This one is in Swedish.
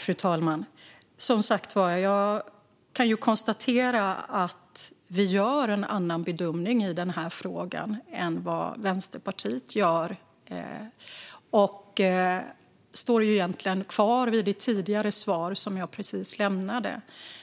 Fru talman! Jag kan konstatera att vi gör en annan bedömning än Vänsterpartiet i den här frågan. Jag står fast vid det svar jag precis lämnade,